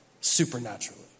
supernaturally